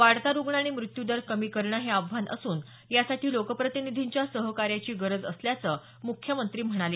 वाढता रुग्ण आणि मृत्यू दर कमी करणं हे आव्हान असून यासाठी लोकप्रतिनिधींच्या सहकार्याची गरज असल्याचं मुख्यमंत्री म्हणाले